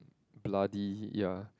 bloody ya